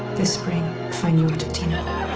this spring, find your totino.